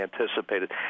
anticipated